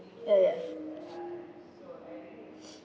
ya ya